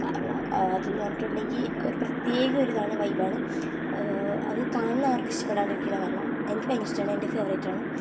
കാരണം അതെന്നു പറഞ്ഞിട്ടുണ്ടെങ്കിൽ ഒരു പ്രത്യേക ഒരിതാണ് വൈബ് ആണ് അത് കാണുന്നവർക്ക് ഇഷ്ടപ്പെടാതിരിക്കില്ല കാരണം എനിക്ക് ഭയങ്കര ഇഷ്ടമാണ് എൻ്റെ ഫേവറിറ്റ് ആണ്